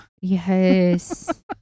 yes